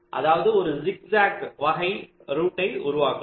அதற்கு ஒரு zigzag வகை ரூட்டை உருவாக்கலாம்